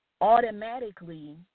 automatically